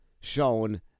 shown